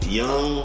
young